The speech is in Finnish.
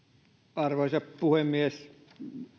arvoisa puhemies